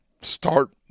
start